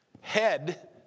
Head